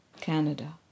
Canada